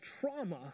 trauma